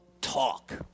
talk